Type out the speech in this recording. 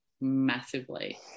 massively